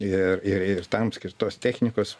ir ir ir tam skirtos technikos